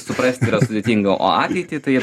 suprasti yra sudėtinga o ateitį tai